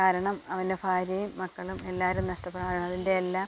കാരണം അവൻ്റെ ഭാര്യയും മക്കളും എല്ലാവരും നഷ്ടപ്പെടുന്ന ആ അതിൻ്റെ എല്ലാം